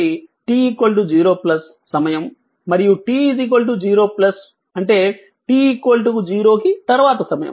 t 0 నుండి t 0 సమయం మరియు t 0 అంటే t 0 కి తర్వాత సమయం